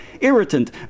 Irritant